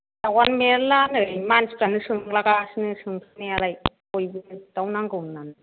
दाउआनो मेरला नै मानसिफ्रानो सोंलागासिनो सोंनायालाय बयबो दाउ नांगौ होननानै